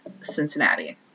Cincinnati